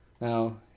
Now